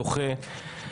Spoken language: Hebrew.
דוחה.